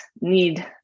need